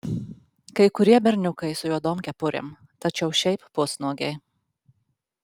kai kurie berniukai su juodom kepurėm tačiau šiaip pusnuogiai